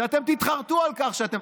שאתם תתחרטו על כך שאתם,